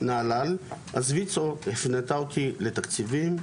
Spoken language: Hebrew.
אז ויצ"ו הפנתה אותי לתקציבים,